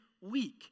week